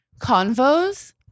convos